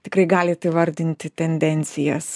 tikrai galit įvardinti tendencijas